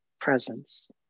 presence